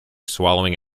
swallowing